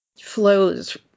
flows